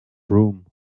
broom